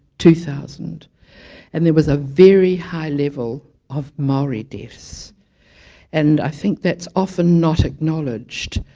two thousand and there was a very high level of maori deaths and i think that's often not acknowledged